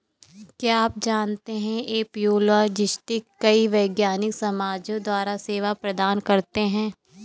क्या आप जानते है एपियोलॉजिस्ट कई वैज्ञानिक समाजों द्वारा सेवा प्रदान करते हैं?